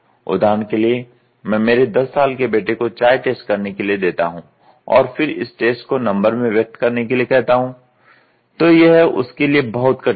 उदाहरण के लिए मैं मेरे 10 साल के बेटे को चाय टेस्ट करने के लिए देता हूं और फिर इस टेस्ट को नंबर में व्यक्त करने के लिए कहता हूं तो यह उसके लिए बहुत कठिन होगा